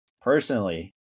personally